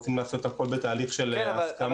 רוצים לעשות הכול בתהליך של הסכמה.